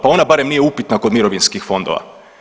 Pa ona barem nije upitna kod mirovinskih fondova.